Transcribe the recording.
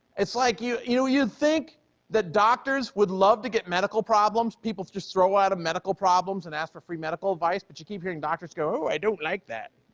it's like you, you know, you think that doctors would love to get medical problems. people just throw at them medical problems and ask for free medical advice but you keep hearing doctors go, oh, i don't like that.